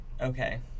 Okay